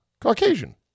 Caucasian